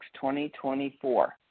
2024